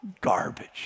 Garbage